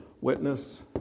Witness